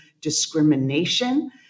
discrimination